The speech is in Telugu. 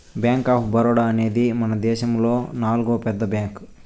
బ్యాంక్ ఆఫ్ బరోడా అనేది మనదేశములో నాల్గో పెద్ద బ్యాంక్